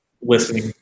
listening